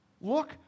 Look